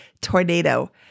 tornado